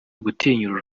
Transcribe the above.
gutinyura